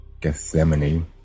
Gethsemane